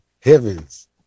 heavens